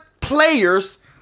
players